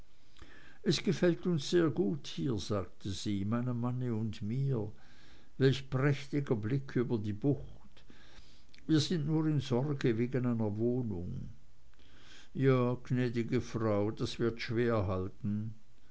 es gefällt uns sehr gut hier sagte sie meinem manne und mir welch prächtiger blick über die bucht und wir sind nur in sorge wegen einer wohnung ja gnädigste frau das wird